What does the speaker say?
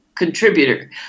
Contributor